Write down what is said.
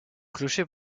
clocher